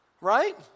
right